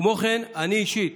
כמו כן, אני אישית